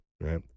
right